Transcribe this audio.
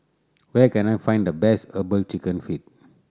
where can I find the best Herbal Chicken Feet